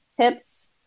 tips